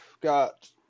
got